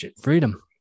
Freedom